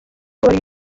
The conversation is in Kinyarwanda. babiri